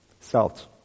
Salt